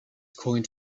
coined